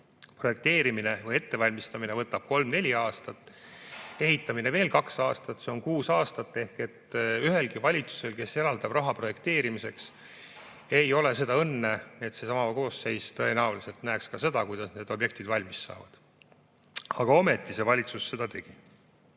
ettevalmistamine võtab kolm-neli aastat, ehitamine veel kaks aastat, see on kuus aastat. Ehk ühelgi valitsusel, kes eraldab raha projekteerimiseks, ei ole seda õnne, et seesama koosseis tõenäoliselt näeks ka seda, kuidas need objektid valmis saavad. Aga ometi valitsus seda tegi.